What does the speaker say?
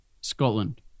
Scotland